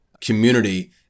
community